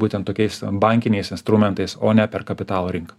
būtent tokiais bankiniais instrumentais o ne per kapitalo rink